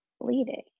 bleeding